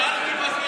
איפה?